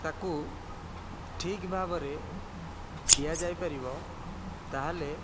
ତାକୁ ଠିକ ଭାବରେ ଦିଆଯାଇ ପାରିବ ତାହେଲେ